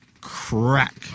crack